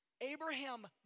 Abraham